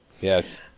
Yes